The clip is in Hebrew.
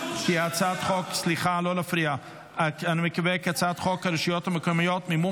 להעביר את הצעת חוק הצעת חוק הרשויות המקומיות (מימון